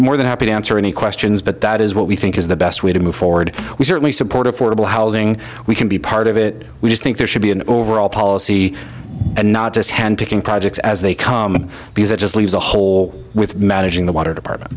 more than happy to answer any questions but that is what we think is the best way to move forward we certainly support affordable housing we can be part of it we just think there should be an overall policy and not just hand picking projects as they come because it just leaves a hole with managing the water department